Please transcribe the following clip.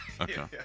Okay